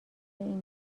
این